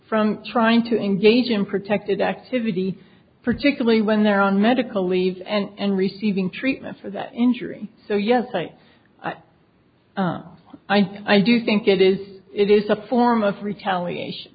from trying to engage in protected activity particularly when they're on medical leave and receiving treatment for that injury so yes i i i i do think it is it is a form of retaliation